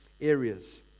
areas